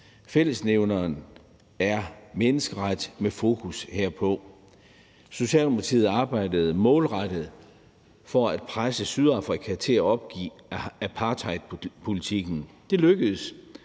Fællesnævneren er menneskeret og med et fokus på det. Socialdemokratiet arbejdede målrettet på at presse Sydafrika til at opgive apartheidpolitikken. Det lykkedes.